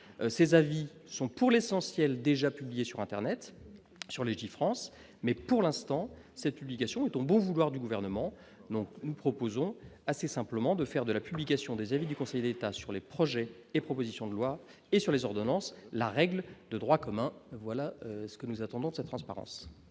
ses avis sont pour l'essentiel déjà publié sur internet, sur Legifrance, mais pour l'instant cette publication est au bon vouloir du gouvernement, donc nous proposons assez simplement de faire de la publication des avis du Conseil d'État sur les projets et propositions de loi et sur les ordonnances, la règle de droit commun, voilà ce que nous attendons de sa transparence.